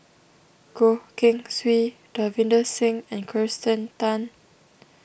Goh Keng Swee Davinder Singh and Kirsten Tan